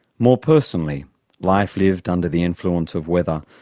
more personally life lived under the influence of weather,